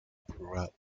throughout